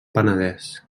penedès